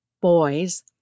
Boys